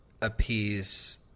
appease